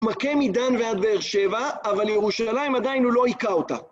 התמקם עידן ועד באר שבע, אבל ירושלים עדיין לא היכה אותה.